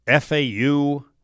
FAU